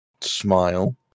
smile